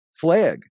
flag